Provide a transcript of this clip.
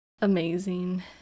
Amazing